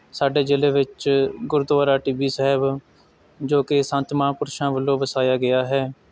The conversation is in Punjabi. ਸਾਡੇ ਜ਼ਿਲ੍ਹੇ ਵਿੱਚ ਗੁਰਦੁਆਰਾ ਟਿੱਬੀ ਸਾਹਿਬ ਜੋ ਕਿ ਸੰਤ ਮਹਾਂਪੁਰਸ਼ਾਂ ਵੱਲੋਂ ਵਸਾਇਆ ਗਿਆ ਹੈ